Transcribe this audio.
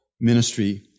ministry